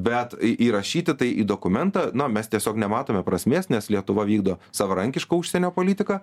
bet į įrašyti tai į dokumentą na mes tiesiog nematome prasmės nes lietuva vykdo savarankišką užsienio politiką